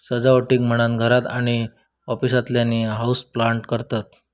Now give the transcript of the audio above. सजावटीक म्हणान घरात आणि ऑफिसातल्यानी हाऊसप्लांट करतत